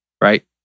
Right